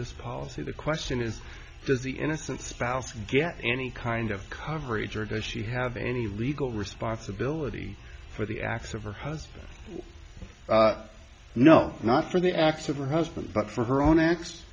this policy the question is does the innocent spouse get any kind of coverage or does she have any legal responsibility for the acts of her husband no not for the acts of her husband but for her own acts